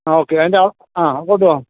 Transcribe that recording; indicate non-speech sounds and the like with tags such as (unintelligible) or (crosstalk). ആ ഓക്കെ അതിൻ്റെ (unintelligible)